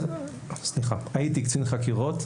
הייתי קצין חקירות,